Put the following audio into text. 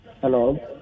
Hello